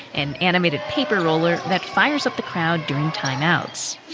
an animated paper roller that fires up the crowd during time outs